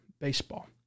baseball